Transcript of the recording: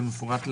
כמפורט להלן: